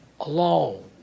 alone